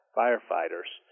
firefighters